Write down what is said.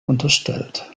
unterstellt